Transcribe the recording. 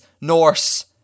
Norse